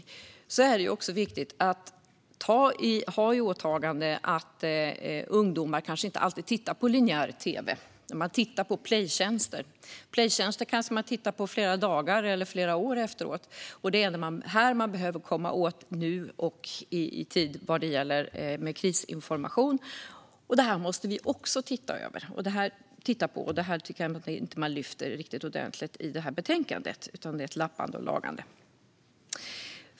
Här är det viktigt att ha i åtanke att ungdomar kanske inte alltid tittar på linjär tv. De tittar på playtjänster, och det gör de kanske flera dagar eller flera år efteråt. Detta behöver man komma åt för att nå ut med krisinformation i tid. Det måste vi också titta på. Jag tycker inte att man lyfter upp det tillräckligt i betänkandet, utan det är ett lappande och lagande.